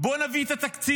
בואו נביא את התקציב